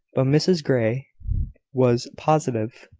but mrs grey was positive.